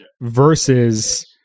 versus